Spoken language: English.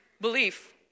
Belief